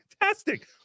fantastic